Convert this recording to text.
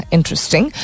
Interesting